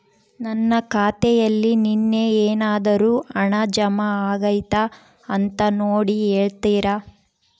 ನನ್ನ ಖಾತೆಯಲ್ಲಿ ನಿನ್ನೆ ಏನಾದರೂ ಹಣ ಜಮಾ ಆಗೈತಾ ಅಂತ ನೋಡಿ ಹೇಳ್ತೇರಾ?